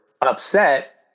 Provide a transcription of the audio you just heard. upset